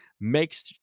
makes